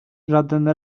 żaden